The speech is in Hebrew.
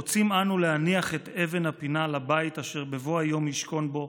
"רוצים אנו להניח את אבן הפינה לבית אשר בבוא היום ישכון בו